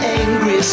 angry